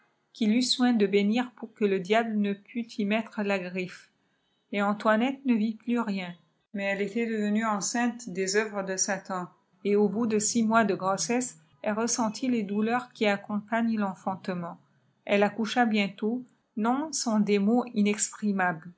qu'il eut soin de bénir pour que le diable ne pût y mettre la griffe et antoinette ne vit plus rien mais elle était devenue enceinte des œuvres de satan et au bout de six mois de grossesse elle ressentit les douleurs qui accompagnent l'enfantement elle accoucha bientôt non sans